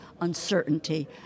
uncertainty